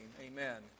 amen